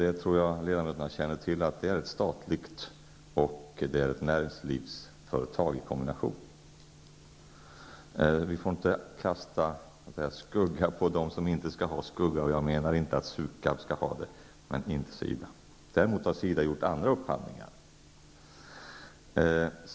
Jag tror att ledamöterna känner till att det är ett statligt företag och ett näringslivsföretag i kombination. Det får inte kastas skuggor över dem som inte skall ha skuggor. Jag menar inte att SUKAB skall ha det. Däremot har SIDA gjort andra upphandlingar.